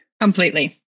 Completely